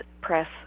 press